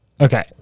Okay